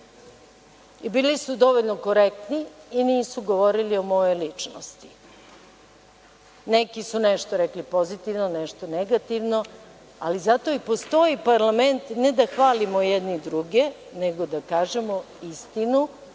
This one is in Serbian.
Bili su dovoljno korektni i nisu govorili o mojoj ličnosti. Neki su nešto rekli pozitivno, neki nešto negativno, ali zato i postoji parlament, ne da hvalimo jedni druge, nego da kažemo istinu